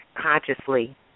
consciously